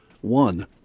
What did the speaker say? one